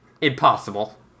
Impossible